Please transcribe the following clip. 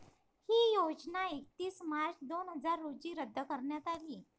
ही योजना एकतीस मार्च दोन हजार रोजी रद्द करण्यात आली